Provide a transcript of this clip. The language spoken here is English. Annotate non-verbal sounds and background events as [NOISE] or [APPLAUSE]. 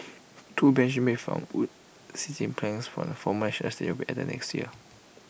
two benches made from wood seating planks from the former [UNINTELLIGIBLE] will be added next year